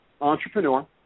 entrepreneur